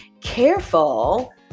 Careful